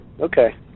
okay